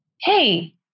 hey